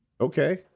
Okay